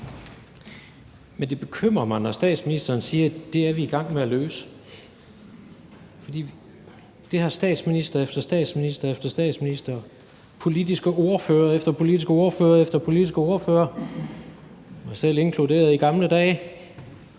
Men det bekymrer mig, når statsministeren siger, at det er vi i gang med at løse, for det har statsminister efter statsminister efter statsminister og politisk ordfører efter politisk ordfører efter politisk ordfører – jeg var selv inkluderet i gamle dage